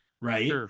right